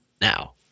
Now